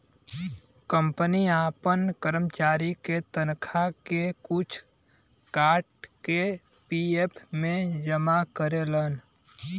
company आपन करमचारी के तनखा के कुछ काट के पी.एफ मे जमा करेलन